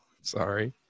Sorry